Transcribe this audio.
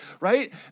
right